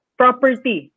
property